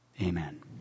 Amen